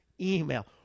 email